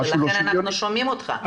ולכן אנחנו שומעים אותך.